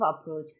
approach